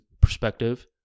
perspective